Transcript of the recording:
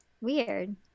Weird